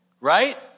right